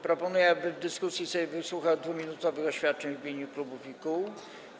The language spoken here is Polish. Proponuję, aby w dyskusji Sejm wysłuchał 2-minutowych oświadczeń w imieniu klubów i kół.